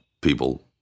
people